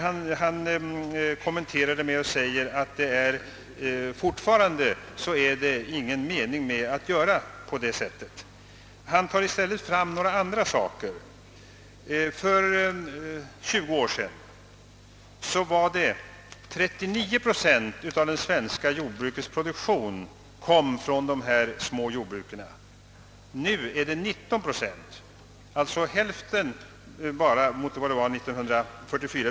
Han kommenterar detta och säger att det fortfarande inte är någon mening med att göra på det sättet. I stället tar han fram några andra omständigheter. År 1944 kom 39 procent åv den svenska jordbruksproduktionen från dessa små jordbruk. Nu är det endast 19 procent, d.v.s. bara hälften så mycket.